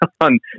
on